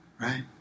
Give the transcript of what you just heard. Right